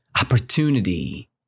opportunity